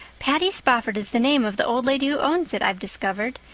patty spofford is the name of the old lady who owns it, i've discovered.